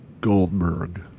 Goldberg